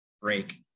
break